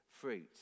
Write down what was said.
fruit